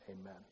Amen